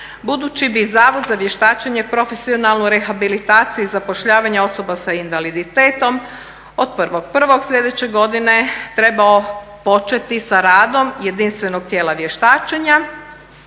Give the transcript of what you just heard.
budući bi Zavod za vještačenje i profesionalnu rehabilitaciju i zapošljavanje osoba s invaliditetom od 1.1.sljedeće godine trebao početi sa radom jedinstvenog tijela vještačenja